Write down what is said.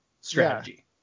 strategy